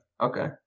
okay